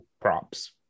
props